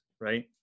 right